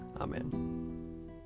Amen